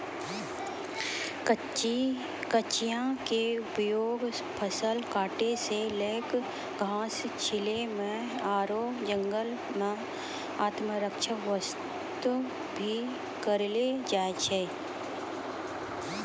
कचिया के उपयोग फसल काटै सॅ लैक घास छीलै म आरो जंगल मॅ आत्मरक्षा वास्तॅ भी करलो जाय छै